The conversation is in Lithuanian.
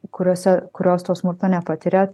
kuriose kurios to smurto nepatiria